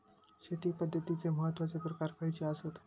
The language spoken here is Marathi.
शेती पद्धतीचे महत्वाचे प्रकार खयचे आसत?